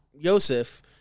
Joseph